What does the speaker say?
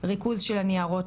ריכוז של הניירות